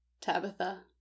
Tabitha